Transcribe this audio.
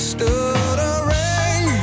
Stuttering